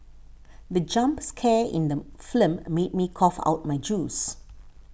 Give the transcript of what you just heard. the jump scare in the film made me cough out my juice